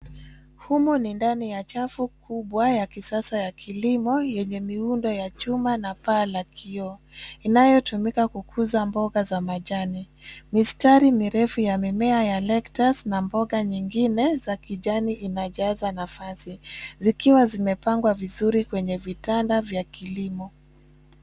Humo ni ndani ya chafu kubwa ya kisasa ya kilimo yenye miundo ya chuma na paa la kioo, inayotumika kukuza mboga za machani. Mistari mirefu ya mimea ya lectus na mboga nyingine za kijani inajaza nafasi, zikiwa zimepangwa vizuri kwenye vitanda vya kilimo.